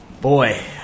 Boy